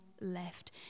left